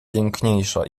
piękniejsza